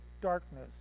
darkness